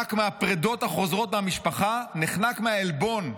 "נחנק מהפרֵדות החוזרות מהמשפחה, נחנק מהעלבון,